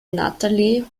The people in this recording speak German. natalie